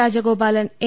Rajagopalan N